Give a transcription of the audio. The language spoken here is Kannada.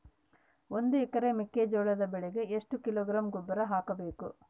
ಒಂದು ಎಕರೆ ಮೆಕ್ಕೆಜೋಳದ ಬೆಳೆಗೆ ಎಷ್ಟು ಕಿಲೋಗ್ರಾಂ ಗೊಬ್ಬರ ಹಾಕಬೇಕು?